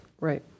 Right